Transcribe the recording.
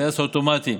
הטייס האוטומטי,